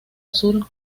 azul